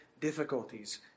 difficulties